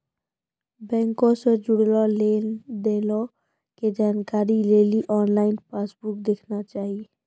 बैंको से जुड़लो लेन देनो के जानकारी लेली आनलाइन पासबुक देखना चाही